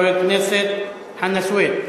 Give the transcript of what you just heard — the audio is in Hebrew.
חבר הכנסת חנא סוייד,